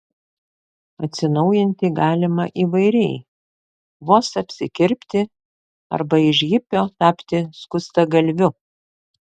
atsinaujinti galima įvairiai vos apsikirpti arba iš hipio tapti skustagalviu